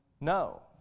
no